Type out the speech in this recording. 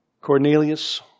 Cornelius